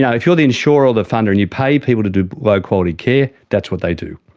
yeah if you are the insurer or the funder and you pay people to do low quality care, that's what they do.